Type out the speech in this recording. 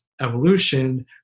evolution